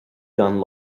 gan